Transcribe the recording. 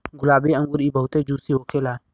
गुलाबी अंगूर इ बहुते जूसी होखेला